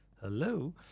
Hello